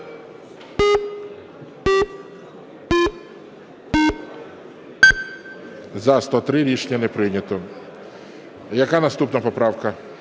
За-103 Рішення не прийнято. Яка наступна поправка?